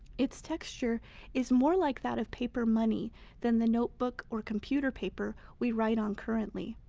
its texture is more like that of paper money than the notebook or computer paper we write on currently.